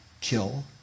kill